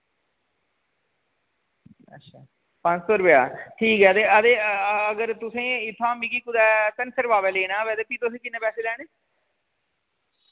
अच्छा पंज सौ रपेया ठीक ऐ ते हां ते अगर तुसें इत्थुआं मिकी कुतै धनसर बाबै लेना होऐ ते फ्ही तुस किन्ने पैसे लैने